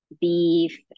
beef